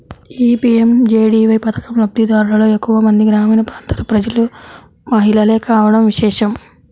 ఈ పీ.ఎం.జే.డీ.వై పథకం లబ్ది దారులలో ఎక్కువ మంది గ్రామీణ ప్రాంతాల ప్రజలు, మహిళలే కావడం విశేషం